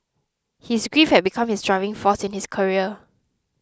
his grief had become his driving force in his career